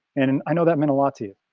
and and i know that meant a lot to you.